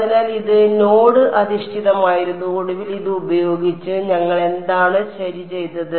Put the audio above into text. അതിനാൽ ഇത് നോഡ് അധിഷ്ഠിതമായിരുന്നു ഒടുവിൽ ഇത് ഉപയോഗിച്ച് ഞങ്ങൾ എന്താണ് ശരി ചെയ്തത്